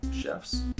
chefs